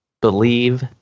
believe